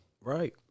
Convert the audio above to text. Right